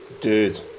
Dude